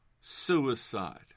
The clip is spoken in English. Suicide